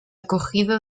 cogido